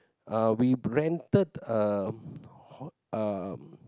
uh we rented a ho~ uh a